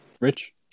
Rich